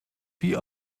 wie